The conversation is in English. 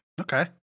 Okay